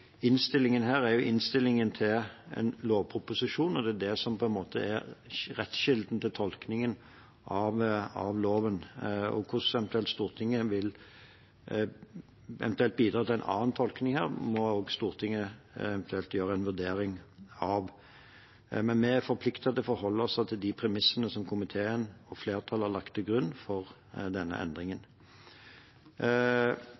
innstillingen her er jo innstillingen til en lovproposisjon, og det er det som på en måte er rettskilden til tolkningen av loven. Hvordan Stortinget eventuelt vil bidra til en annen tolkning her, må Stortinget gjøre en vurdering av, men vi er forpliktet til å forholde oss til de premissene som komiteen og flertallet har lagt til grunn for denne endringen.